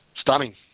stunning